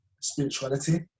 spirituality